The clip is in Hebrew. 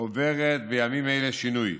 עוברת בימים אלה שינוי,